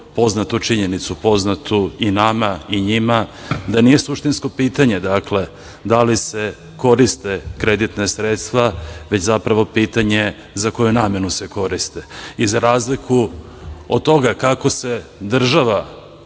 poznatu činjenicu, poznatu i nama i njima, da nije suštinsko pitanje, da li se koriste kreditna sredstva, već zapravo pitanje za koju namenu se koriste i za razliku od toga kako se država